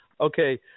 Okay